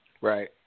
Right